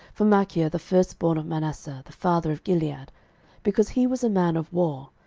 for machir the firstborn of manasseh, the father of gilead because he was a man of war,